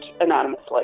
anonymously